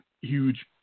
huge